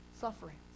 sufferings